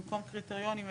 במקום קריטריונים,